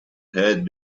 had